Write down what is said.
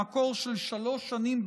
במקור של שלוש שנים,